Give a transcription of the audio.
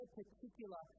particular